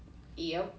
yup